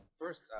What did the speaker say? First